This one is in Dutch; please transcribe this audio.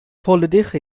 volledig